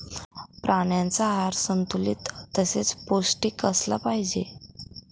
प्राण्यांचा आहार संतुलित तसेच पौष्टिक असला पाहिजे